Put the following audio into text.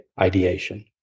ideation